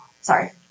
Sorry